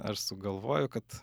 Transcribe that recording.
aš sugalvojau kad